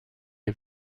des